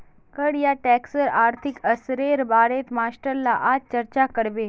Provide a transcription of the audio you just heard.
कर या टैक्सेर आर्थिक असरेर बारेत मास्टर ला आज चर्चा करबे